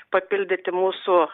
papildyti mūsų